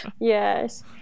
Yes